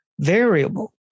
variable